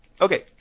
Okay